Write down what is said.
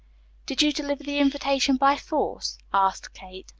did you deliver the invitation by force? asked kate.